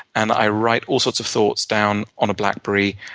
and i write all sorts of thoughts down on a blackberry,